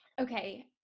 Okay